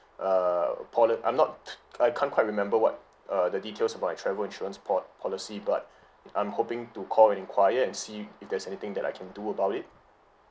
err poli~ I'm not I can't quite remember what uh the details about my travel insurance poli~ policy but I'm hoping to call and enquire and see if there'S anything that I can do about it